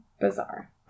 Bizarre